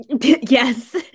Yes